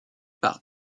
par